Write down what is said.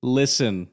listen